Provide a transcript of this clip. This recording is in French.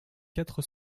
quatre